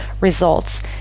results